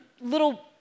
little